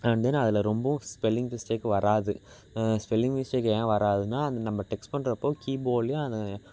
and then அதில் ரொம்பவும் spelling mistake வராது ஸ்பெல்லிங் மிஸ்டேக் ஏன் வராதுன்னா அந்த நம்ம டெக்ஸ்ட் பண்ணுற அப்போ கிபோர்ட்லையும் அந்த